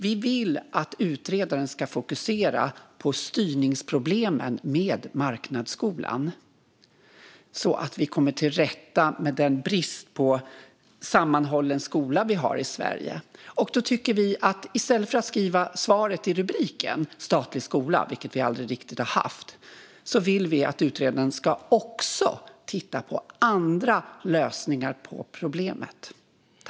Vi vill att utredaren ska fokusera på styrningsproblemen med marknadsskolan så att vi kommer till rätta med den brist på sammanhållen skola som vi har i Sverige. I stället för att skriva svaret i rubriken - statlig skola, vilket vi aldrig riktigt har haft - vill vi att utredaren också ska titta på andra lösningar på problemet.